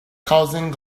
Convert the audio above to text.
causing